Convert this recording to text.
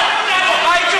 הביתה, הביתה.